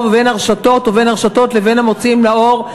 ובין הרשתות או בין הרשתות לבין המוציאים לאור,